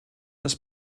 das